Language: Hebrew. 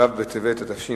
ו' בטבת התש"ע,